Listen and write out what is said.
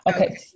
Okay